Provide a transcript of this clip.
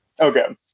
Okay